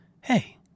hey